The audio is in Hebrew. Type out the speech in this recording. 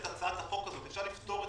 אפשר לפתור את